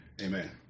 Amen